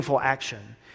action